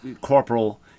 corporal